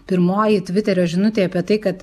pirmoji tviterio žinutė apie tai kad